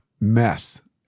mess